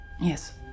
Yes